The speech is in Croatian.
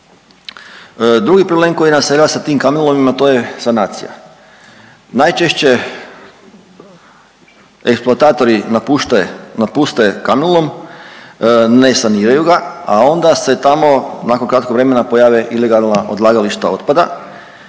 Drugi problem koji … sa tim kamenolomima to je sanacija. Najčešće eksploatatori napuste kamenolom, ne saniraju ga, a onda se tamo nakon kratkog vremena pojave ilegalna odlagališta otpada